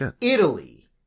italy